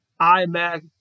imac